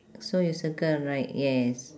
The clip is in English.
so you circle right yes